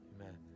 Amen